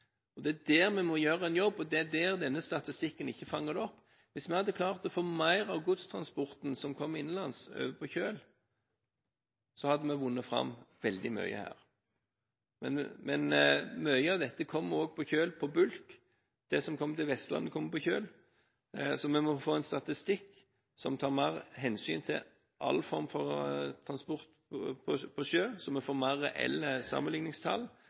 Det er der vi må gjøre en jobb, og det er der denne statistikken ikke fanger det opp. Hvis vi hadde klart å få mer av godstransporten som kommer innenlands, over på kjøl, så hadde vi vunnet fram veldig mye her. Men mye av dette kommer på kjøl på bulk, det som kommer til Vestlandet, kommer på kjøl. Vi må få en statistikk som tar mer hensyn til all form for transport på sjø, så vi får mer reelle sammenligningstall,